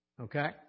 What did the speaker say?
Okay